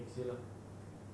next year lah